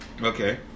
okay